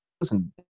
Listen